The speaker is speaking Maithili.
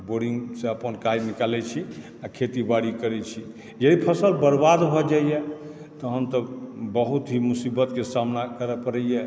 बोरिङ्गसँ अपन काज निकालए छी आ खेतीबाड़ी करैत छी यदि फसल बरबाद भए जाइए तहन तऽ बहुत ही मुसीबतके सामना करऽ पड़ैए